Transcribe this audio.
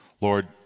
Lord